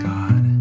God